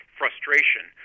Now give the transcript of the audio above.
frustration